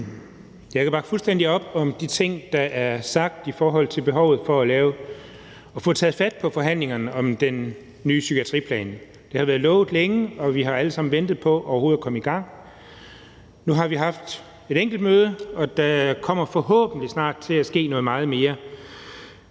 Jeg kan bakke fuldstændig op om de ting, der er sagt i forhold til behovet for at få taget fat på forhandlingerne om den nye psykiatriplan. Det har været lovet længe, og vi har alle sammen ventet på overhovedet at komme i gang. Nu har vi haft et enkelt møde her, og der kommer forhåbentlig snart til at ske meget mere.